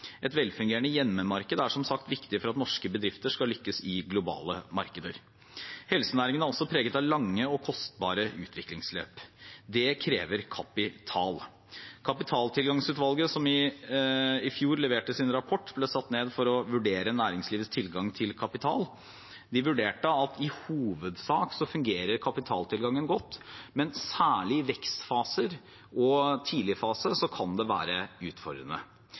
Et velfungerende hjemmemarked er som sagt viktig for at norske bedrifter skal lykkes i globale markeder. Helsenæringen er preget av lange og kostbare utviklingsløp. Dette krever kapital. Kapitaltilgangsutvalget, som i fjor leverte sin rapport, ble satt ned for å vurdere næringslivets tilgang til kapital. Deres vurdering var at i hovedsak fungerer kapitaltilgangen godt, men særlig i vekstfaser og i tidligfasen kan det være utfordrende.